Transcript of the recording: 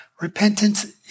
repentance